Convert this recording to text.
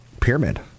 pyramid